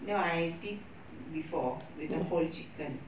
no I did before with the whole chicken